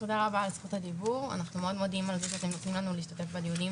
תודה רבה על זכות הדיבור ועל זה שאתם נותנים לנו להשתתף בדיונים